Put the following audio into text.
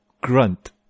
grunt